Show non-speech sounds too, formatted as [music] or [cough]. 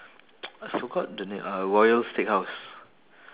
[noise] I forgot the name uh royal steakhouse